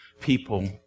People